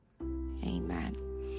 amen